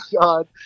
God